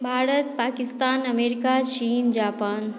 Bharat Pakistan America चीन Japan